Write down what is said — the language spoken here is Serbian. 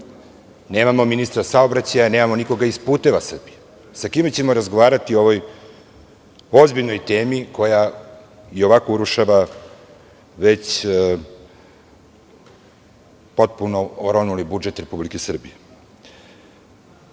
nemamo ministra saobraćaja, nemamo nikoga iz "Puteva Srbije". Sa kim ćemo pričati o ovoj ozbiljnoj temi koja i ovako urušava već oronuli budžet Republike Srbije. Da